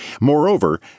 Moreover